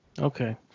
Okay